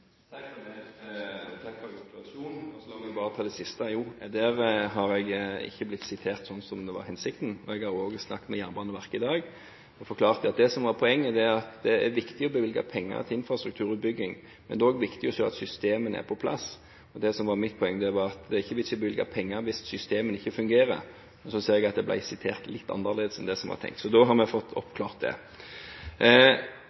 dysfunksjonelt. Takk for gratulasjonen. La meg bare ta det siste først: Der har jeg ikke blitt sitert slik som var hensikten. Jeg har også snakket med Jernbaneverket i dag og forklart at det som var poenget, var at det er viktig å bevilge penger til infrastrukturutbygging, men det er også viktig å sørge for at systemene er på plass. Det som var mitt poeng, var at det ikke er noen vits i å bevilge penger hvis systemene ikke fungerer. Jeg ser at jeg ble sitert litt annerledes enn det som var tenkt, så da har vi fått